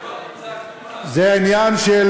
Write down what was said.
זה עניין של,